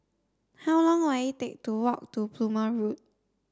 how long will it take to walk to Plumer Road